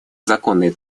законной